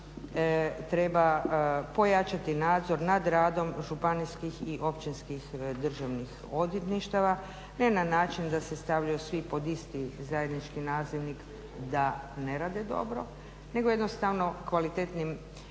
treba pojačati nadzor nad radom županijskih i općinskih državnih odvjetništava ne na način da se stavljaju svi pod isti zajednički nazivnik da ne rade dobro, nego jednostavno kvalitetnim nadzorom